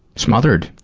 smothered.